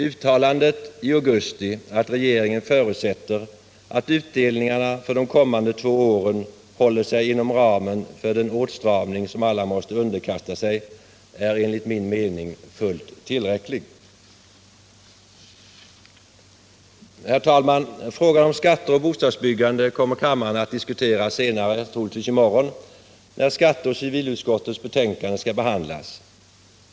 Uttalandet i augusti att regeringen förutsätter att utdelningarna för de kommande två åren håller sig inom ramen för den åtstramning som alla måste underkasta sig är, enligt min mening, fullt tillräckligt. Herr talman! Frågan om skatter och bostadsbyggande kommer kammaren att diskutera senare, troligtvis i morgon, när skatteoch civilutskottens betänkanden i det ärendet skall behandlas.